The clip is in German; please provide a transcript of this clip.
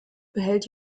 behält